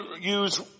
use